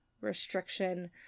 restriction